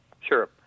Sure